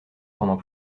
pendant